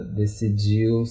decidiu